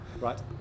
Right